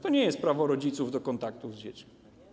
To nie jest prawo rodziców do kontaktów z dziećmi.